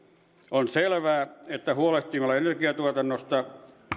on selvää että huolehtimalla energiantuotannosta